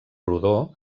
rodó